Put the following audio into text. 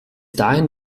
dahin